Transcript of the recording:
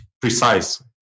precise